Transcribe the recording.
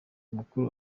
mukuru